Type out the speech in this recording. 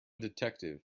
detective